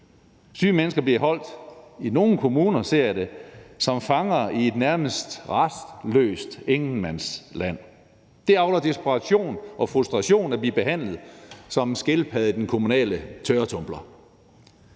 syge mennesker i nogle kommuner bliver holdt som fanger i et nærmest retsløst ingenmandsland. Det avler desperation og frustration at blive behandlet som en skildpadde i den kommunale tørretumbler.